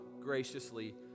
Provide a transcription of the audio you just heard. graciously